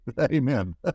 Amen